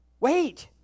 Wait